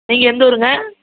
நீங்கள் எந்த ஊருங்க